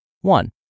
one